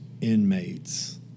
inmates